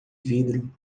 vidro